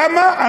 למה?